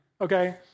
okay